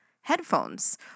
headphones